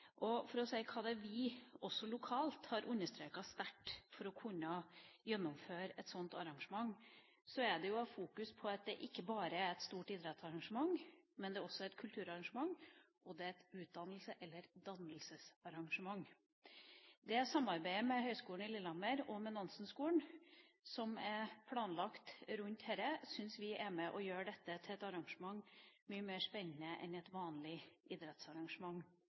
Og for å si hva det er vi også lokalt har understreket sterkt når det gjelder å kunne gjennomføre et slikt arrangement, er det å ha fokus på at det ikke bare er et stort idrettsarrangement, men det er også et kulturarrangement, og det er et utdannelses- eller dannelsesarrangement. Samarbeidet med Høgskolen i Lillehammer og med Nansenskolen, som er planlagt rundt dette, syns vi er med på å gjøre dette til et mye mer spennende arrangement enn et vanlig idrettsarrangement.